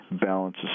balance